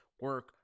Work